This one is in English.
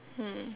hmm